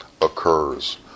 occurs